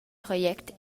project